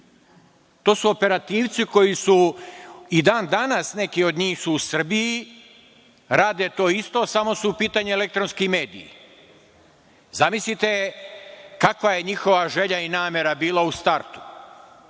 To su operativci koji su… i dan danas neki od njih su u Srbiji, rade to isto, samo su u pitanju elektronski mediji. Zamislite kakva je njihova želja i namera bila u startu?